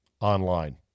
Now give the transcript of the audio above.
online